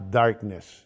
darkness